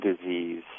disease